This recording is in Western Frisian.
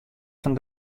fan